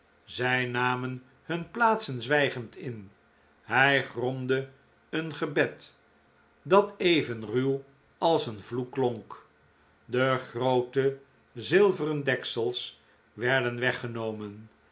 zij namen hun plaatsen zwijgend in hij gromde een gebed dat even ruw als een vloek klonk de groote zilveren deksels werden weggenomen